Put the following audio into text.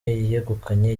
yegukanye